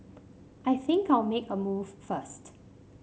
I think I'll make a move first